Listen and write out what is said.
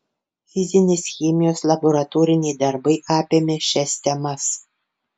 fizinės chemijos laboratoriniai darbai apėmė šias temas